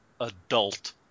adult